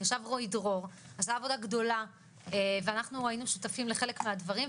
ישב רועי דרור ועשה עבודה גדולה ואנחנו היינו שותפים לחלק מהדברים.